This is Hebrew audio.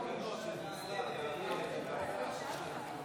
בשירות מילואים),